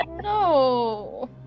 No